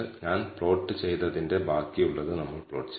intercept പദം പ്രാധാന്യമുള്ളതാണോ എന്ന് നമ്മൾ ചോദിക്കാൻ ആഗ്രഹിച്ചേക്കാം